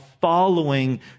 following